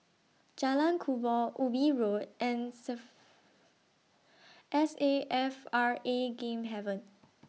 Jalan Kubor Ubi Road and S A F R A Game Haven